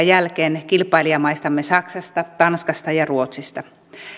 jälkeen kilpailijamaistamme saksasta tanskasta ja ruotsista